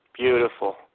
Beautiful